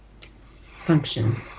function